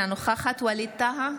אינה נוכחת ווליד טאהא,